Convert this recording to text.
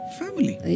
family